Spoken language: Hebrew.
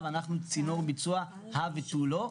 לכן אנחנו מבקשים שהצינור שבו מועברים הכספים יהיה בדרך אחרת,